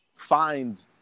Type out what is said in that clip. Find